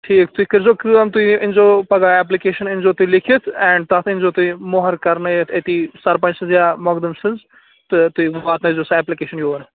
ٹھیٖک تُہۍ کرۍزٮ۪و کٲم تُہۍ انۍزیو پگاہ اپلِکیشن انۍزٮ۪و تُہۍ لیٖکِتھ اینڈ تتھ انۍزٮ۪و تُہۍ مُہر کرنٲوِتھ أتی سرپنج سنٛز یا مۄکدم سنٛز تہٕ تُہۍ واتنٲوزٮ۪و سۄ اپلِکیشن یور